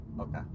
Okay